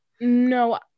No